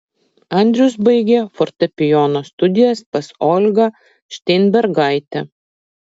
andrius baigė fortepijono studijas pas olgą šteinbergaitę